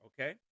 okay